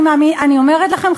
אני אומרת לכם,